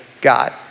God